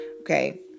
Okay